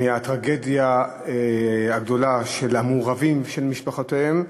מהטרגדיה הגדולה של המעורבים ושל משפחותיהם,